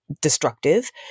destructive